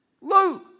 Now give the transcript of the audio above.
Luke